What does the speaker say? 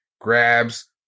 grabs